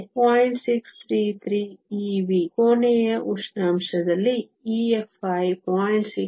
633 eV ಕೋಣೆಯ ಉಷ್ಣಾಂಶದಲ್ಲಿ EFi 0